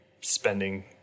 spending